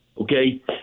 okay